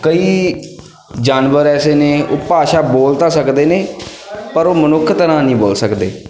ਕਈ ਜਾਨਵਰ ਐਸੇ ਨੇ ਉਹ ਭਾਸ਼ਾ ਬੋਲ ਤਾਂ ਸਕਦੇ ਨੇ ਪਰ ਉਹ ਮਨੁੱਖ ਤਰ੍ਹਾਂ ਨਹੀਂ ਬੋਲ ਸਕਦੇ